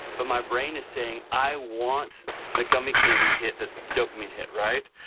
but my brain is saying, i want the gummy candy hit, that dopamine hit, right?